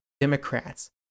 Democrats